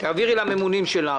תעבירי לממונים שלך